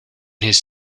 his